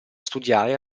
studiare